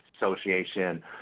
Association